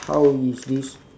how is this